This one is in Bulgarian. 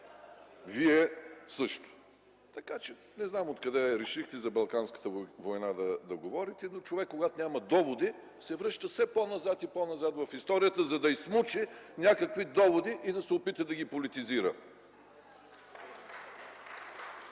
Вие – също! Така че не зная от къде решихте да говорите за Балканската война. Когато човек няма доводи, се връща все по-назад и по-назад в историята, за да изсмуче някакви доводи и да се опитва да ги политизира.